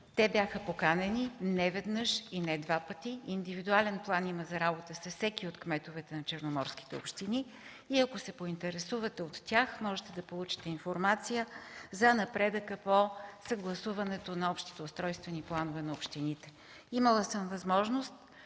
Те бяха поканени не веднъж и не два пъти, има индивидуален план за работа с всеки от кметовете на Черноморските общини и ако се поинтересувате от тях, можете да получите информация за напредъка по съгласуването на общите устройствени планове на общините. Имала съм възможност